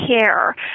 care